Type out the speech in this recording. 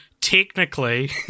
technically